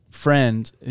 Friend